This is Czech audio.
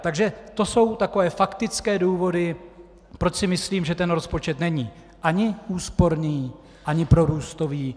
Takže to jsou takové faktické důvody, proč si myslím, že ten rozpočet není ani úsporný ani prorůstový.